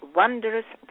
wondrous